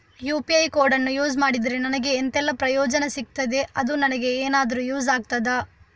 UPI ಕೋಡನ್ನು use ಮಾಡಿದ್ರೆ ನನಗೆ ಎಂಥೆಲ್ಲಾ ಪ್ರಯೋಜನ ಸಿಗ್ತದೆ, ಅದು ನನಗೆ ಎನಾದರೂ ಯೂಸ್ ಆಗ್ತದಾ?